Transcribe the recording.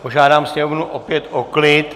Požádám sněmovnu opět o klid.